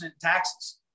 taxes